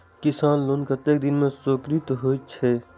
किसान लोन कतेक दिन में स्वीकृत होई छै?